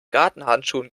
gartenhandschuhen